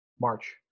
March